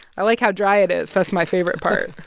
i like how dry it is. that's my favorite part.